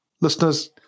Listeners